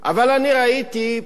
אבל אני ראיתי פה